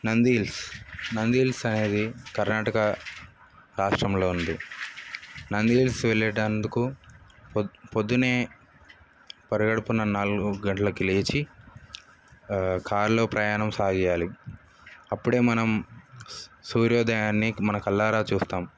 Nandi Hills Nandi Hills అనేది కర్ణాటక రాష్ట్రంలో ఉంది నంది హీల్స్ వెళ్లేటందుకు పొ పొద్దున్నే పరగడుపున నాలుగుగంటలకు లేచి ఆ కార్ల ప్రయాణం సాగియలి అప్పుడే మనం సూర్యోదయాన్ని మన కల్లారా చూస్తాం